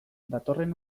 datorren